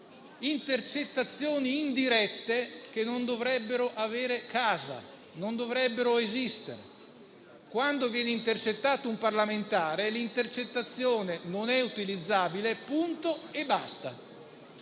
intercettazioni indirette, che non dovrebbero avere casa, che non dovrebbero esistere. Quando viene intercettato un parlamentare, l'intercettazione non è utilizzabile: punto e basta.